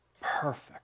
perfect